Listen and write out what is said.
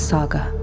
Saga